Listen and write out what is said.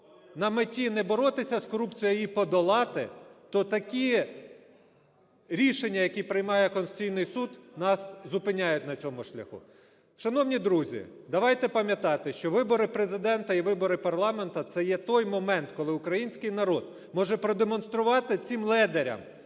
на меті не боротися з корупцією, а її подолати, то такі рішення, які приймає Конституційний Суд, нас зупиняють на цьому шляху. Шановні друзі, давайте пам'ятати, що вибори Президента і вибори парламенту – це є той момент, коли український народ може продемонструвати цим ледарям,